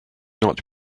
not